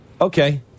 okay